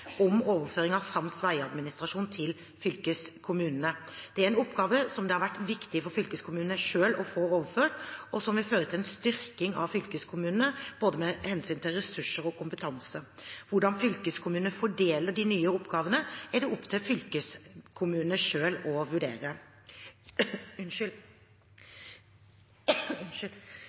om overføring av sams vegadministrasjon til fylkeskommunene. Dette er en oppgave som det har vært viktig for fylkeskommunene selv å få overført, og som vil føre til en styrking av fylkeskommunene med hensyn til både ressurser og kompetanse. Hvordan fylkeskommunene fordeler de nye oppgavene, er det opp til fylkeskommunene selv å vurdere.